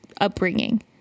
upbringing